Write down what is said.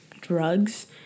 drugs